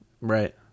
right